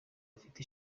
afite